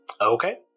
Okay